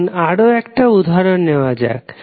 এখন আরও একটা উদাহরণ নেওয়া যাক